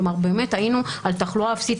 כלומר, היינו על תחלואה אפסית.